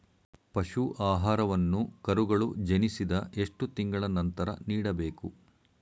ಪಶು ಆಹಾರವನ್ನು ಕರುಗಳು ಜನಿಸಿದ ಎಷ್ಟು ತಿಂಗಳ ನಂತರ ನೀಡಬೇಕು?